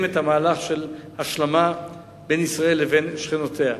את המהלך של השלמה בין ישראל לבין שכנותיה.